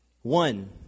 One